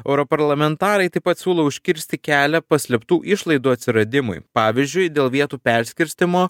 europarlamentarai taip pat siūlo užkirsti kelią paslėptų išlaidų atsiradimui pavyzdžiui dėl vietų perskirstymo